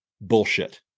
bullshit